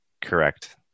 Correct